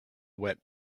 wet